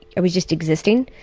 i was just existing.